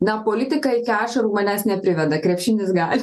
na politika iki ašarų manęs nepriveda krepšinis gali